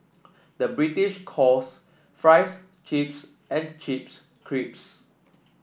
the British calls fries chips and chips crisps